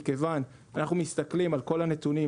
כיוון שאנחנו מסתכלים על כל הנתונים.